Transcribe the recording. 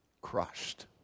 crushed